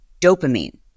dopamine